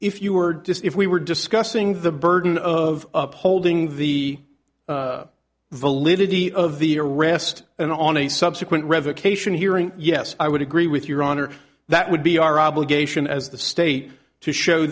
if you were just if we were discussing the burden of upholding the validity of the arrest and on a subsequent revocation hearing yes i would agree with your honor that would be our obligation as the state to show